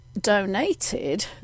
donated